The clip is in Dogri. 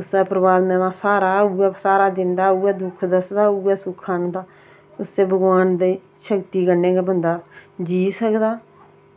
उस्सै परमात्मा दा स्हारा दिंदा उ'ऐ दस्सदा ते उ'ऐ सखांदा उस्सै भगवान दी शक्ति कन्नै गै बंदा जी सकदा